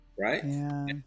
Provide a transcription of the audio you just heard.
Right